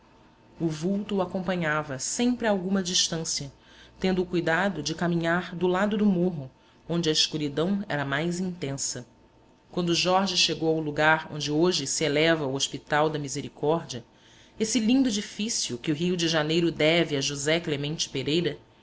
o vulto o acompanhava sempre a alguma distância tendo o cuidado de caminhar do lado do morro onde a escuridão era mais intensa quando jorge chegou ao lugar onde hoje se eleva o hospital da misericórdia esse lindo edifício que o rio de janeiro deve a josé clemente pereira